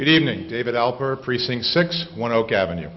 good evening david alpert precinct sex one ok avenue